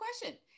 question